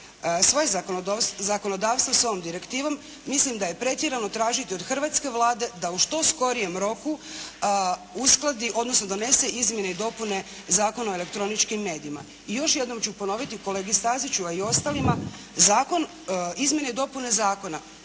svoje zakonodavstvo s ovom direktivom, mislim da je pretjerano tražiti od hrvatske Vlade da u što skorijem roku uskladi, odnosno donese izmjene i dopune Zakona o elektroničkim medijima. I još jednom ću ponoviti kolegi Staziću, a i ostalima. Izmjene i dopune Zakona